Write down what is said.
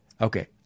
Okay